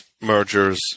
mergers